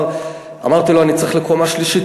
אמרתי לו: אני צריך לקומה שלישית.